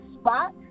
spot